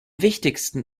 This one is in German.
wichtigsten